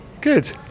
good